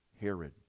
Herod